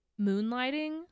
Moonlighting